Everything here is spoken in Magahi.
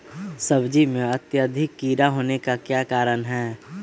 सब्जी में अत्यधिक कीड़ा होने का क्या कारण हैं?